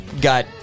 got